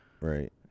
Right